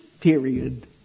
period